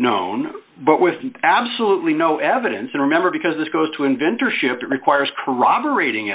known but with absolutely no evidence and remember because this goes to inventor ship that requires c